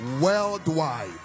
worldwide